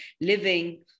living